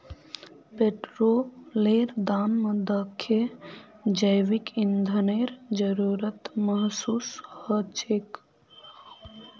पेट्रोलेर दाम दखे जैविक ईंधनेर जरूरत महसूस ह छेक